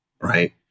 Right